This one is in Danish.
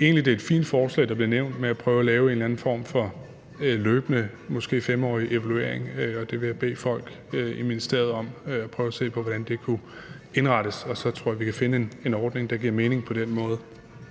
egentlig, forslaget om at prøve at lave en eller anden form for løbende måske 5-årig evaluering, er fint, og jeg vil bede folk i ministeriet om at prøve at se på, hvordan det kunne indrettes, og så tror jeg, vi på den måde kan finde en ordning, der giver mening.